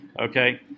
okay